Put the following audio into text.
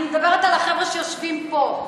אני מדברת על החבר'ה שיושבים פה.